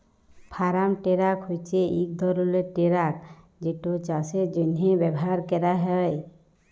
farm tractor হছে ইক ধরলের টেরাক যেট চাষের জ্যনহে ব্যাভার ক্যরা হয়